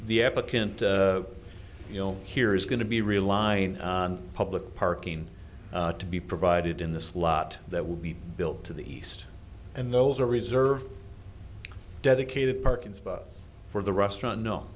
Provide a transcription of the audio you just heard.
the applicant you know here is going to be reliant on public parking to be provided in the slot that will be built to the east and those are reserved dedicated parking for the restaurant no